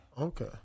Okay